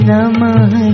Namah